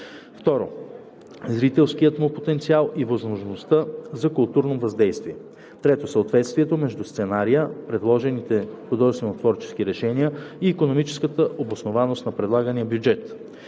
2. зрителския му потенциал и възможността за културно въздействие; 3. съответствието между сценария, предложените художественотворчески решения и икономическата обоснованост на предлагания бюджет;